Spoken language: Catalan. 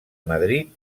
madrid